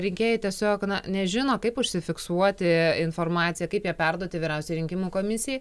rinkėjai tiesiog nežino kaip užsifiksuoti informaciją kaip ją perduoti vyriausiajai rinkimų komisijai